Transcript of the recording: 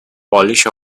polish